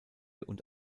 und